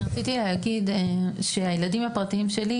אני רציתי להגיד שהילדים הפרטיים שלי,